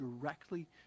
directly